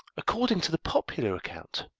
according to the popular account,